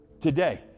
today